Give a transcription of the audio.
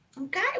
Okay